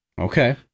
Okay